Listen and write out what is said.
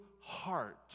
heart